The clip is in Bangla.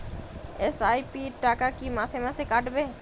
এস.আই.পি র টাকা কী মাসে মাসে কাটবে?